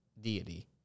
deity